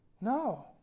No